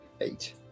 eight